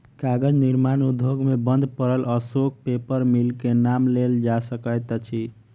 कागज निर्माण उद्योग मे बंद पड़ल अशोक पेपर मिल के नाम लेल जा सकैत अछि